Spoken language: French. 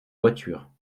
voiture